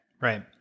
Right